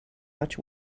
much